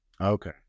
Okay